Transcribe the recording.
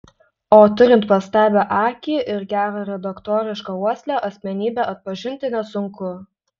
o turint pastabią akį ir gerą redaktorišką uoslę asmenybę atpažinti nesunku